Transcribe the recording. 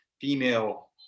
female